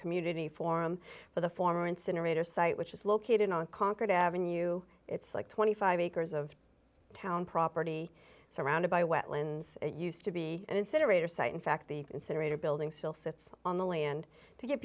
community forum for the former incinerator site which is located on concord avenue you it's like twenty five acres of town property surrounded by wetlands used to be an incinerator site in fact the incinerator building still sits on the land to give